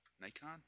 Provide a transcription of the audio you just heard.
Nikon